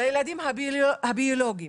לילדים הביולוגיים.